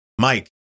Mike